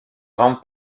grande